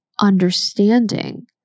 understanding